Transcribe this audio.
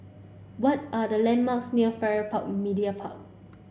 what are the landmarks near Farrer Park Media Park